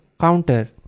counter